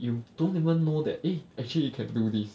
you don't even know that eh actually you can do this